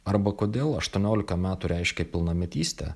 arba kodėl aštuoniolika metų reiškia pilnametystę